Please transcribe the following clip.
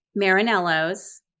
Marinello's